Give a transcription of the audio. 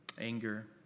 Anger